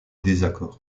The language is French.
désaccords